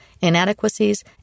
inadequacies